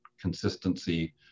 consistency